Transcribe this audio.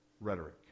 rhetoric